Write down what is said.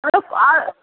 ওহ আর